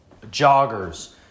joggers